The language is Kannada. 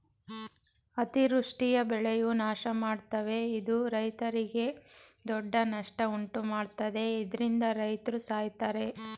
ಅತಿವೃಷ್ಟಿಯು ಬೆಳೆ ನಾಶಮಾಡ್ತವೆ ಇದು ರೈತ್ರಿಗೆ ದೊಡ್ಡ ನಷ್ಟ ಉಂಟುಮಾಡ್ತದೆ ಇದ್ರಿಂದ ರೈತ್ರು ಸಾಯ್ತರೆ